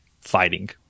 fighting